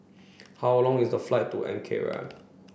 how long is the flight to Ankara